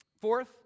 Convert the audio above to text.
Fourth